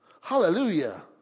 Hallelujah